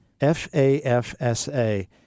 F-A-F-S-A